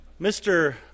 Mr